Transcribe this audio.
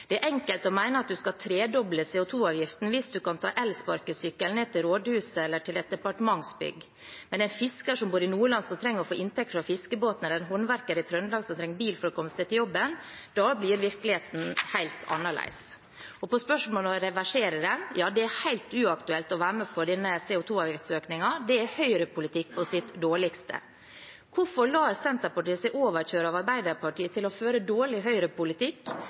er enkelt å mene at du skal tredoble CO 2 -avgiften hvis du kan ta elsparkesykkelen ned til rådhuset eller til et departementsbygg. Men en fisker som bor i Nordland som trenger å få inntekt fra fiskebåten, eller en håndverker i Trøndelag som trenger bil for å komme seg til jobben – da blir virkeligheten en helt annerledes.» Og på spørsmålet om å reversere det: «– Ja, dette er helt uaktuelt. Det er høyrepolitikk på sitt dårligste.» Hvorfor lar Senterpartiet seg overkjøre av Arbeiderpartiet til å føre dårlig høyrepolitikk,